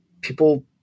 people